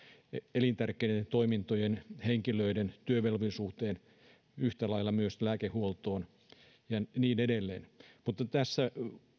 elintärkeiden toimintojen henkilöiden työvelvollisuuteen yhtä lailla myös lääkehuoltoon ja niin edelleen mutta tässä